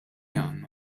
għandna